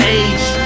age